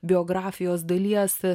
biografijos dalies